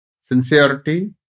sincerity